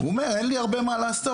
הם אמרו: אין לי הרבה מה לעשות,